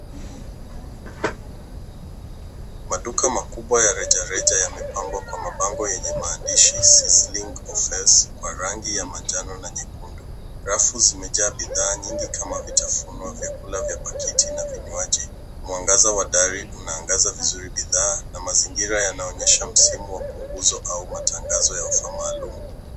Maduka makubwa ya reja reja yamepangwa kwa mabango yenye maandizi Sizzling Offers kwa rangi ya manjano na nyekundu. Rafu zimejaa bidhaa nyingi kama vitafuno, vyakula vya pakiti na vinywaji. Mwangaza wa dari unaangaza vizuri bidhaa na mazingira yanaonyesha msimu wa punguzo au matangazo ya ofa maalum.